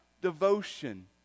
devotion